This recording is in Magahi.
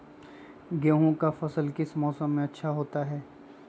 गेंहू का फसल किस मौसम में अच्छा होता है?